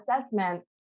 assessment